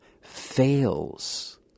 fails